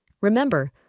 Remember